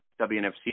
WNFC